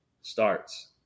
starts